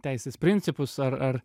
teisės principus ar ar